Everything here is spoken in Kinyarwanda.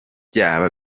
byaba